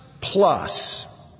plus